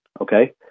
okay